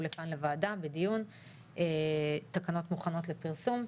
לכאן לוועדה לדיון - תקנות מוכנות לפרסום,